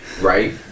right